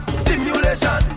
stimulation